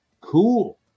Cool